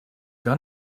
gar